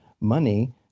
money